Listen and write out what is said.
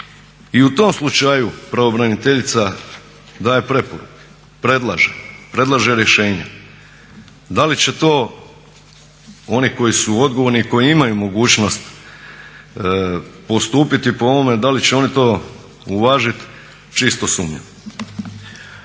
I u tom slučaju pravobraniteljica daje preporuke, predlaže, predlaže rješenja. Da li će to oni koji su odgovorni i koji imaju mogućnost postupiti po ovome, da li će oni to uvažit čisto sumnjam.